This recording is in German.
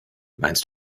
meinst